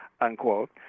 unquote